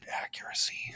accuracy